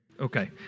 Okay